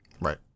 Right